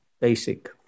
basic